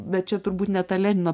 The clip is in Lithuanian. bet čia turbūt ne ta lenino